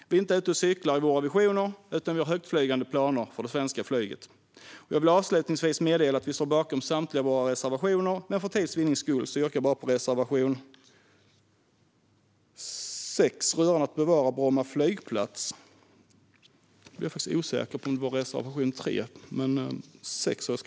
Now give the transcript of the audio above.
Vi är inte ute och cyklar i våra visioner, utan vi har högtflygande planer för det svenska flyget. Jag vill avslutningsvis meddela att vi står bakom samtliga våra reservationer, men för tids vinnande yrkar jag bifall bara till reservation 6 rörande bevarandet av Bromma flygplats.